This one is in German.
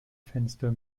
fenster